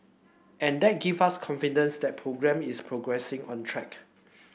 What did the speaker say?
and that give us confidence that programme is progressing on track